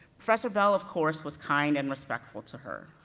professor bell, of course, was kind and respectful to her.